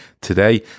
today